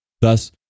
Thus